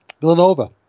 Villanova